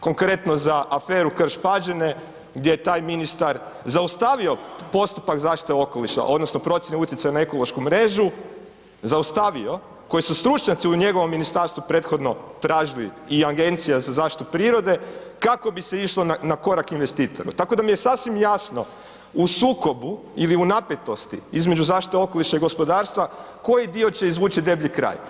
Konkretno, za aferu Krš Pađene, gdje je taj ministar zaustavio postupak zaštite okoliša odnosno procjene utjecaja na ekološku mrežu, zaustavio, koji su stručnjaci u njegovom ministarstvu prethodno tražili i Agencija za zaštitu prirode, kako bi se išlo na korak investitoru, tako da mi je sasvim jasno u sukobu ili u napetosti između zaštite okoliša i gospodarstva, koji dio će izvući deblji kraj.